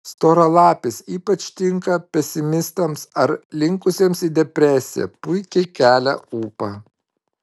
storalapis ypač tinka pesimistams ar linkusiems į depresiją puikiai kelia ūpą